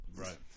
Right